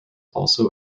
also